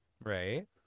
Right